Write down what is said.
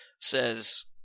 says